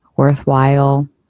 worthwhile